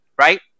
right